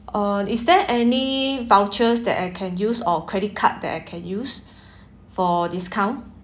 uh is there any vouchers that I can use or credit card that I can use for discount